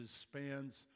spans